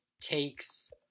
takes